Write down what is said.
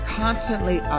constantly